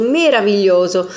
meraviglioso